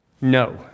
no